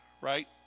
right